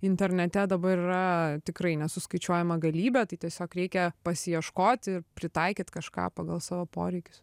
internete dabar yra tikrai nesuskaičiuojama galybė tai tiesiog reikia pasiieškoti pritaikyt kažką pagal savo poreikius